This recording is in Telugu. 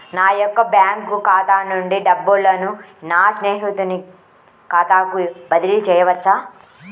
నా యొక్క బ్యాంకు ఖాతా నుండి డబ్బులను నా స్నేహితుని ఖాతాకు బదిలీ చేయవచ్చా?